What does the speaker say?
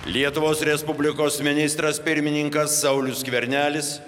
lietuvos respublikos ministras pirmininkas saulius skvernelis